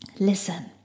Listen